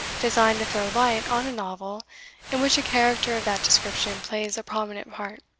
designed to throw light on a novel in which a character of that description plays a prominent part.